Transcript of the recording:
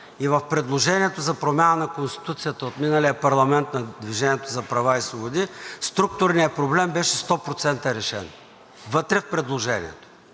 И в предложението за промяна на Конституцията от миналия парламент на „Движение за права и свободи“ структурният проблем беше сто процента решен вътре в предложението